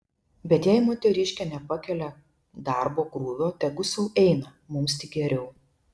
bet jei moteriškė nepakelia darbo krūvio tegu sau eina mums tik geriau